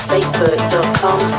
Facebook.com